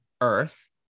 earth